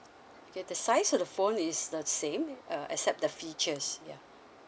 okay the size of the phone is the same uh except the features ya